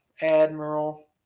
Admiral